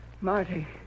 Marty